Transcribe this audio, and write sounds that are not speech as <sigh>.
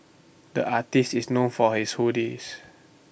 the artist is known for his <unintelligible>